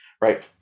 Right